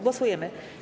Głosujemy.